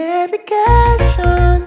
Medication